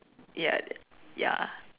ya ya